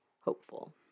hopeful